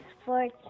Sports